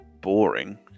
boring